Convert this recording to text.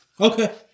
Okay